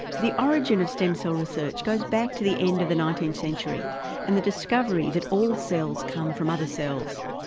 the origin of stem cell research goes back to the end of the nineteenth century and the discovery that all cells come from other cells.